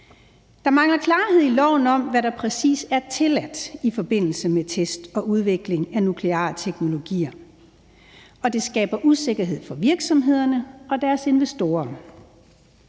Der mangler klarhed i loven om, hvad der præcis er tilladt i forbindelse med test og udvikling af nukleare teknologier, og det skaber usikkerhed for virksomhederne og deres investorer.